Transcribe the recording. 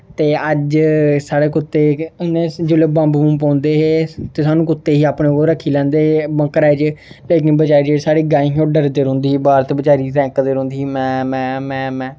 ते अज्ज साढ़े कुत्ते हून में जेल्लै बम्ब बूम्ब पौंदे हे ते सानूं कुत्ते ई अपने कोल रक्खी लैंदे हे बंकरे च लेकिन बजाए जेह्ड़ी साढ़ी गाईं ही ओह् डरदी रौहंदी ही बाहर ते बचारी रहन्के दे रौहंदी ही मैं मैं मैं